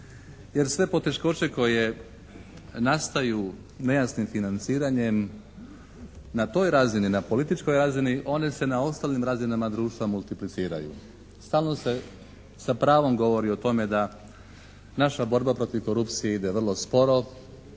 Jer sve poteškoće koje nastaju nejasnim financiranjem na toj razini, na političkoj razini one se na ostalim razinama društva multipliciraju. Stvarno se sa pravom govori o tome da naša borba protiv korupcije ide vrlo sporo,